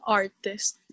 artist